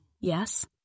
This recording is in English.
yes